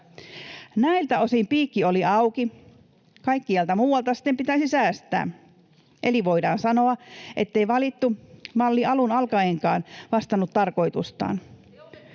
Näiltä osin piikki olisi auki, kaikkialta muualta sitten pitäisi säästää, eli voidaan sanoa, ettei valittu malli alun alkaenkaan vastannut tarkoitustaan.